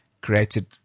created